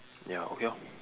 ya okay lor